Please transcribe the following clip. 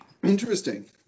Interesting